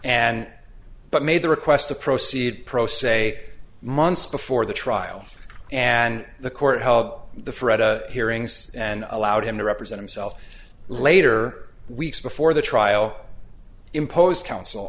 and but made the request to proceed pro se months before the trial and the court held the fret a hearings and allowed him to represent himself later weeks before the trial imposed counsel